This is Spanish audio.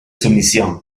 sumisión